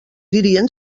dirien